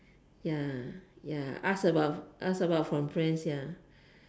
ya ya ask about ask about from friends ya